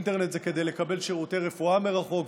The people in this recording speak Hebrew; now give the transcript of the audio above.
אינטרנט זה כדי לקבל שירותי רפואה מרחוק,